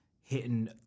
hitting